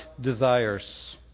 desires